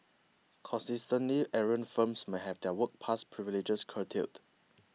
consistently errant firms may have their work pass privileges curtailed